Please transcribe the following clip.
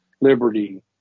Liberty